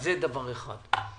זה דבר אחד.